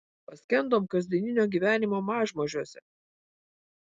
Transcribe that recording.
paskendom kasdieninio gyvenimo mažmožiuose